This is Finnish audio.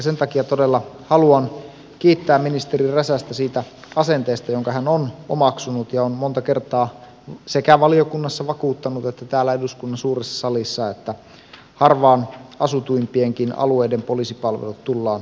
sen takia todella haluan kiittää ministeri räsästä siitä asenteesta jonka hän on omaksunut ja on monta kertaa sekä valiokunnassa että täällä eduskunnan suuressa salissa vakuuttanut että harvaan asutuimpienkin alueiden poliisipalvelut tullaan turvaamaan